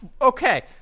Okay